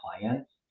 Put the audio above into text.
clients